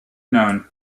known